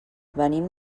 venim